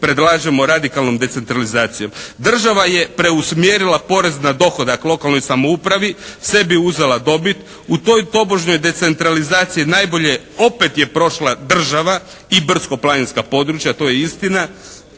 Predlažemo radikalnom decentralizacijom. Država je preusmjerila porez na dohodak lokalnoj samoupravi. Sebi uzela dobit. U toj tobožnjoj decentralizaciji najbolje opet je prošla država i brdsko-planinska područja to je istina.